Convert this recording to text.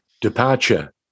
Departure